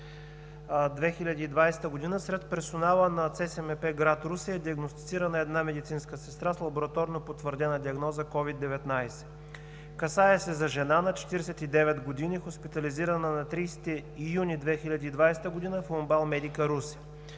сред персонала на ЦСМП – град Русе, е диагностицирана една медицинска сестра с лабораторно потвърдена диагноза СOVID-19. Касае се за жена на 49 години, хоспитализирана на 30 юни 2020 г. в УМБАЛ „Медика“ – Русе,